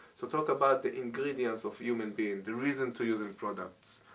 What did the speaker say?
so talk about the ingredients of human beings, the reason to use your products,